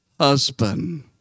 husband